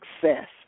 success